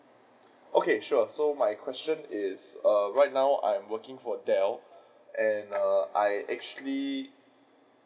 okay sure so my question is err right now I'm working for err dell and I err actually